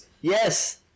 Yes